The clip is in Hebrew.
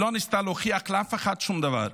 היא לא ניסתה להוכיח לאף אחד שום דבר.